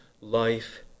life